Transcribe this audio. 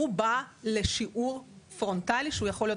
הוא בא לשיעור פרונטלי שיכול להיות